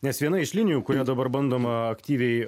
nes viena iš linijų kuria dabar bandoma aktyviai